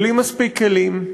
בלי מספיק כלים,